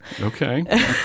okay